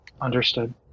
Understood